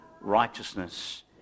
righteousness